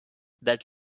that